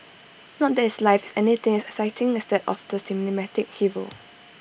not that his life is anything as exciting as that of the cinematic hero